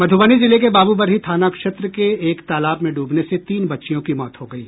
मध्रबनी जिले के बाबूबरही थाना क्षेत्र के एक तालाब में डूबने से तीन बच्चियों की मौत हो गयी